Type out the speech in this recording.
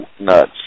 nuts